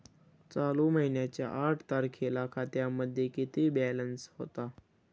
चालू महिन्याच्या आठ तारखेला खात्यामध्ये किती बॅलन्स होता?